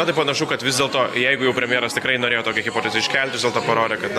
o tai panašu kad vis dėlto jeigu jau premjeras tikrai norėjo tokią hipotezę iškelti vis dėlto parodo kad